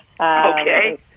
Okay